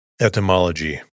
Etymology